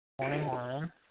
Twenty-one